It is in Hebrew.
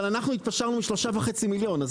אבל אנחנו התפשרנו מ- 3.5 מיליון,